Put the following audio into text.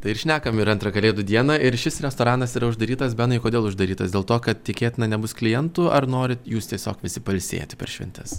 tai ir šnekam ir antrą kalėdų dieną ir šis restoranas yra uždarytas benai kodėl uždarytas dėl to kad tikėtina nebus klientų ar norit jūs tiesiog visi pailsėti per šventes